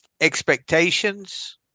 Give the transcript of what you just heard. expectations